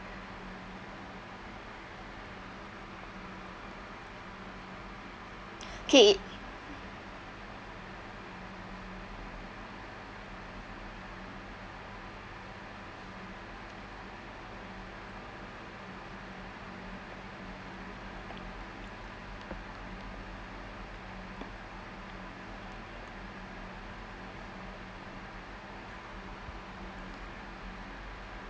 kay